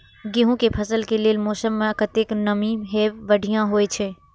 गेंहू के फसल के लेल मौसम में कतेक नमी हैब बढ़िया होए छै?